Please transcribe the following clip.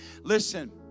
listen